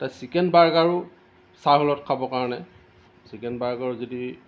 তা চিকেন বাৰ্গাৰো চাহৰ লগত খাব কাৰণে চিকেন বাৰ্গাৰো যদি